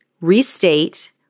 restate